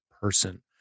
person